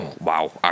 wow